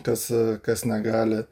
kas kas negali